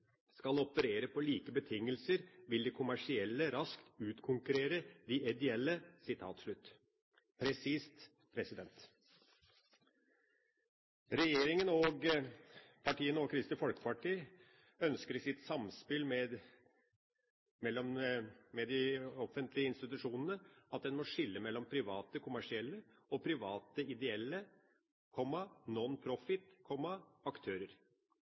skal operere på like betingelser, vil de kommersielle raskt utkonkurrere de ideelle.» Presist! Regjeringspartiene og Kristelig Folkeparti ønsker i sitt samspill med de offentlige institusjonene at «det må skjelnes mellom private kommersielle og private ideelle, non-profit, aktører».